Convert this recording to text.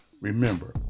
Remember